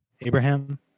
Abraham